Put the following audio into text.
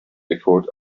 echoed